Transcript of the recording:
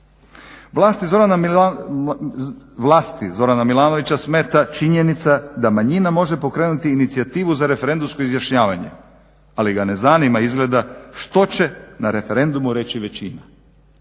Vlasti Zorana Milanovića smeta činjenica da manjina može pokrenuti i inicijativu za referendumsko izjašnjavanje, ali ga ne zanima izgleda što će na referendumu reći većina.